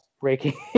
breaking